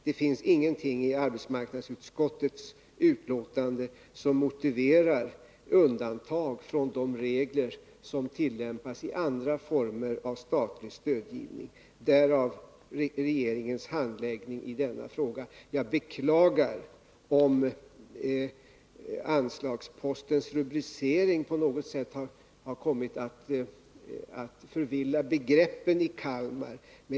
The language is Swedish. Det finns ingenting i arbetsmarknadsutskottets uttalande som motiverar undantag från de regler som tillämpas i fråga om andra former av statlig stödgivning — det förklarar regeringens handläggning i denna fråga. Jag beklagar om rubriceringen av anslagsposten på något sätt har kommit att förvilla begreppen i Kalmar.